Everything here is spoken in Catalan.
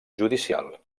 judicial